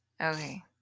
Okay